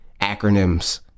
acronyms